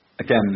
Again